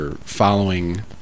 following